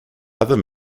other